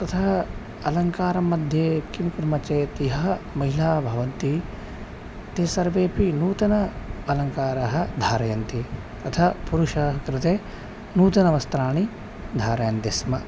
तथा अलङ्कारं मध्ये किं कुर्मः चेत् याः महिलाः भवन्ति ते सर्वेपि नूतन अलङ्कारान् धारयन्ति तथा पुरुषाः कृते नूतनवस्त्राणि धारयन्ति स्म